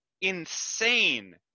insane